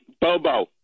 Bobo